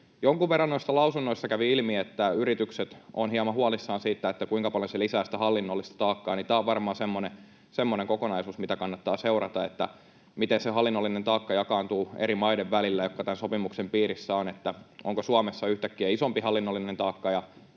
Jonkun verran noista lausunnoista kävi ilmi, että yritykset ovat hieman huolissaan siitä, kuinka paljon se lisää sitä hallinnollista taakkaa. Tämä on varmaan semmoinen kokonaisuus, mitä kannattaa seurata, miten se hallinnollinen taakka jakaantuu eri maiden välillä, jotka tämän sopimuksen piirissä ovat, onko Suomessa yhtäkkiä isompi hallinnollinen taakka